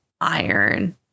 iron